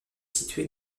situé